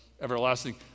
everlasting